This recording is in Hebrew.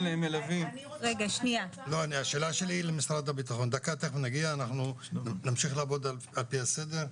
אנחנו נמשיך על פי הסדר,